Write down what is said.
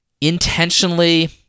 intentionally